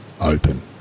open